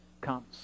comes